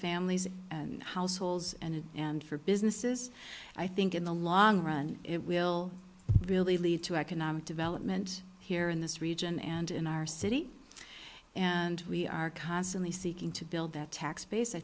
families and households and and for businesses i think in the long run it will really lead to economic development here in this region and in our city and we are constantly seeking to build that tax base i